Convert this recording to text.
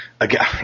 again